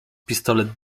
pistolet